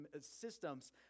systems